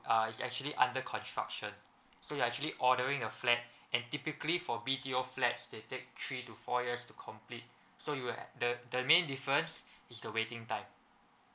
uh it's actually under construction so you are actually ordering a flat and typically for B_T_O flats they take three to four years to complete so you'll the the main difference is the waiting time